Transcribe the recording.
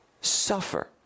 suffer